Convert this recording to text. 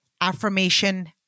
affirmation